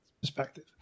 perspective